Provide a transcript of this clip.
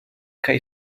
kaj